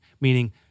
meaning